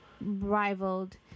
rivaled